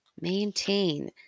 maintain